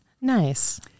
Nice